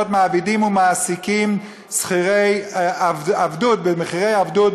מעבידים ומעסיקים שכירי עבדות במחירי עבדות,